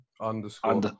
underscore